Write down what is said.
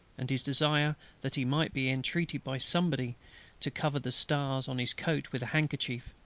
and his desire that he might be entreated by somebody to cover the stars on his coat with a handkerchief.